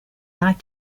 not